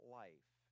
life